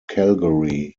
calgary